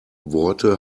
worte